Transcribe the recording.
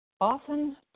Often